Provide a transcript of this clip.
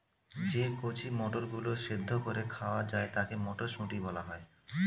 যে কচি মটরগুলো সেদ্ধ করে খাওয়া যায় তাকে মটরশুঁটি বলা হয়